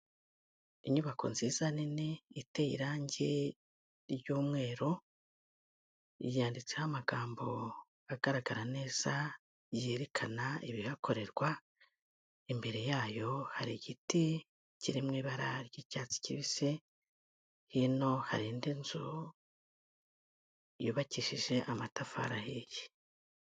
Inyubako nziza nini iteye irangi ry'umweru, yanyanditseho amagambo agaragara neza yerekana ibihakorerwa, imbere yayo hari igiti kiri mu ibara ry'icyatsi kibisi, hino hari indi nzu yubakishije amatafari ahiye.